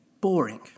boring